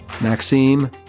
Maxime